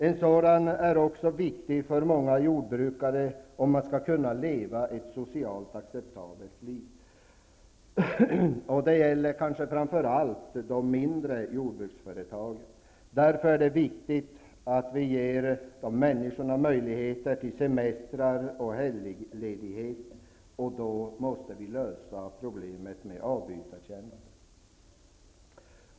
En sådan är viktig också för att många jordbrukare skall kunna leva ett socialt acceptabelt liv. Det gäller kanske framför allt de mindre jordbruksföretagen. Det är viktigt att vi ger de människorna möjligheter till semestrar och helgledigheter, och då måste vi lösa problemet med avbytartjänsten.